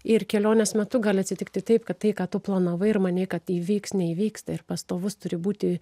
ir kelionės metu gali atsitikti taip kad tai ką tu planavai ir manei kad įvyks neįvyksta ir pastovus turi būti